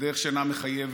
כנראה, בדרך שאינה מחייבת